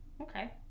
Okay